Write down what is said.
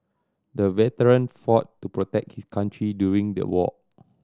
the veteran fought to protect his country during the war